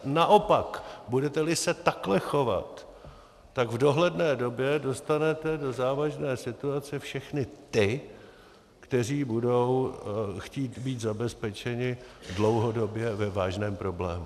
Naopak, budeteli se takto chovat, tak v dohledné době dostanete do závažné situace všechny ty, kteří budou chtít být zabezpečeni dlouhodobě ve vážném problému.